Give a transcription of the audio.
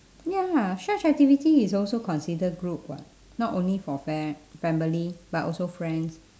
ya such activity is also consider group [what] not only for fa~ family but also friends